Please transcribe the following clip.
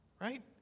right